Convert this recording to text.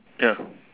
ya